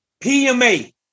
PMA